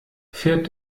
fährt